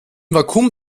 vakuum